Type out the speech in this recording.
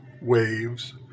waves